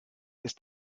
ist